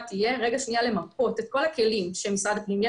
תהיה למפות את כל הכלים של משרד הפנים,